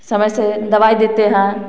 समय से दवाई देते हैं